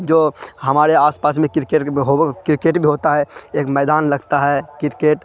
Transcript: جو ہمارے آس پاس میں کرکیٹ کرکیٹ بھی ہوتا ہے ایک میدان لگتا ہے کرکیٹ